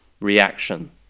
reaction